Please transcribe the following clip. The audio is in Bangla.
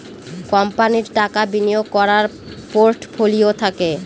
কোম্পানির টাকা বিনিয়োগ করার পোর্টফোলিও থাকে